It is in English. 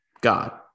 God